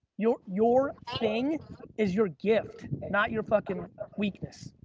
your your thing is your gift, not your fucking weakness.